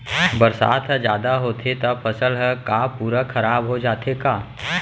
बरसात ह जादा होथे त फसल ह का पूरा खराब हो जाथे का?